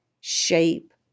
shape